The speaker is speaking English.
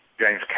James